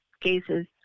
cases